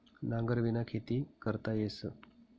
नांगरबिना खेती करता येस